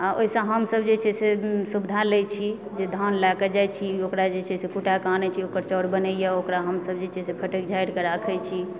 ओहिसँ हमसब जे छै से सुविधा लए छी जे धान लए कऽ जाइत छी ओकरा जे छै से कूटाके आनय छी ओकर चाउर बनैए ओकरा हमसब जे छै से फटकि झारिकऽ राखए छी